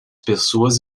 pessoas